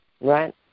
right